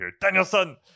Danielson